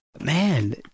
Man